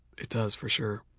it does for sure.